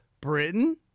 Britain